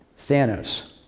Thanos